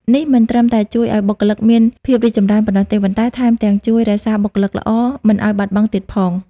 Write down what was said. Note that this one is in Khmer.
នេះមិនត្រឹមតែជួយឱ្យបុគ្គលិកមានភាពរីកចម្រើនប៉ុណ្ណោះទេ ប៉ុន្តែថែមទាំងជួយ រក្សាបុគ្គលិកល្អ មិនឱ្យបាត់បង់ទៀតផង។